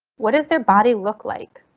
what does their body look like?